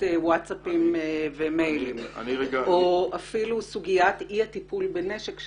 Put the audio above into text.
ווטסאפ ומייל או סוגיית אי-הטיפול בנשקים,